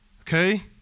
Okay